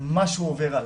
משהו עובר עליו.